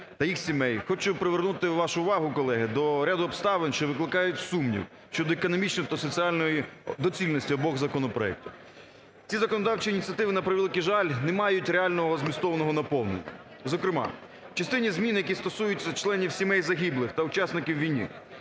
хочу привернути вашу увагу, колеги, до ряду обставин, що викликають сумнів щодо економічної та соціальної доцільності обох законопроектів. Ці законодавчі ініціативи, на превеликий жаль, не мають реального змістовного наповнення. Зокрема, в частині змін, які стосуються членів сімей загиблих та учасників війни,